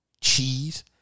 Cheese